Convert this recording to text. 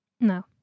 No